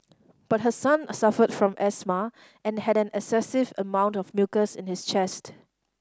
but her son suffered from asthma and had an excessive amount of mucus in his chest